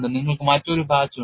നിങ്ങൾക്ക് മറ്റൊരു പാച്ച് ഉണ്ട്